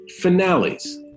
finales